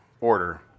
order